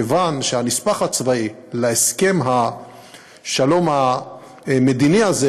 כיוון שהנספח הצבאי להסכם השלום המדיני הזה